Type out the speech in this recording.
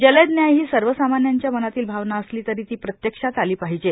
जलद न्याय ही सर्व सामान्यांच्या मनातील भावना असली तरी ती प्रत्यक्षात आली पाहिजे